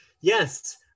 Yes